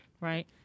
Right